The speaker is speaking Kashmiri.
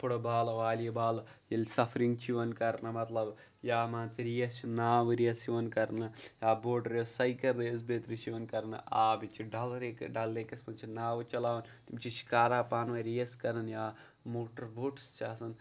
فُٹ بال والی بالہٕ ییٚلہِ سَفرِنٛگ چھِ یِوان کَرنہٕ مطلب یا مان ژٕ ریس چھِ ناوٕ ریس یِوان کَرنہٕ یا بوٹ ریس سایکَل ریس بیترِ چھِ یِوان کَرنہٕ آب ییٹہِ چھِ ڈَل ریکہٕ ڈَل لیکَس منٛز چھِ ناوٕ چَلاوان تِم چھِ شِکارا پانہٕ ؤنۍ ریس کَران یا موٹَر بوٹٕس چھِ آسان